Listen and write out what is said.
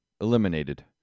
eliminated